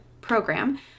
program